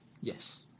yes